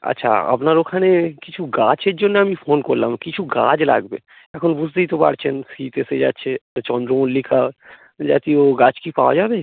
আচ্ছা আপনার ওখানে কিছু গাছের জন্য আমি ফোন করলাম কিছু গাছ লাগবে এখন বুঝতেই তো পারছেন শীত এসে যাচ্ছে তো চন্দ্রমল্লিকা জাতীয় গাছ কি পাওয়া যাবে